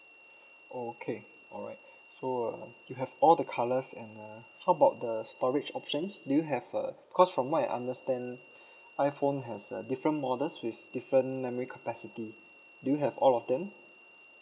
okay alright so uh you have all the colours and uh how about the storage options do you have uh cause from what I understand iphone has uh different models with different memory capacity do you have all of them